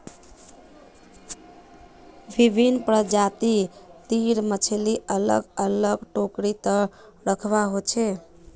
विभिन्न प्रजाति तीर मछली अलग अलग टोकरी त रखवा हो छे